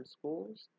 schools